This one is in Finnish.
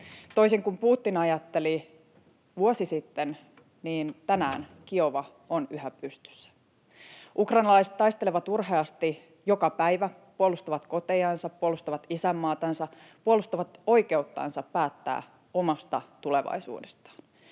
Toisin kuin Putin ajatteli vuosi sitten, tänään Kiova on yhä pystyssä. Ukrainalaiset taistelevat urheasti joka päivä, puolustavat kotejansa, puolustavat isänmaatansa, puolustavat oikeuttansa päättää omasta tulevaisuudestaan.